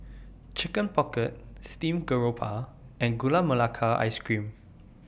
Chicken Pocket Steamed Garoupa and Gula Melaka Ice Cream